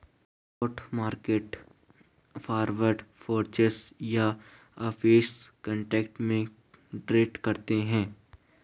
spot market forward, futures या options contract में trade करते हैं